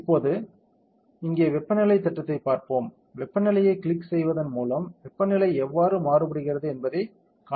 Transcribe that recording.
இப்போது இங்கே வெப்பநிலை திட்டத்தைப் பார்ப்போம் வெப்பநிலையைக் கிளிக் செய்வதன் மூலம் வெப்பநிலை எவ்வாறு மாறுபடுகிறது என்பதைக் காணலாம்